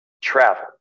travel